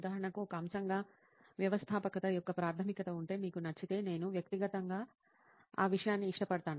ఉదాహరణకు ఒక అంశంగా వ్యవస్థాపకత యొక్క ప్రాథమికత ఉంటే మీకు నచ్చితే నేను వ్యక్తిగతంగా ఆ విషయాన్ని ఇష్టపడతాను